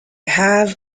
have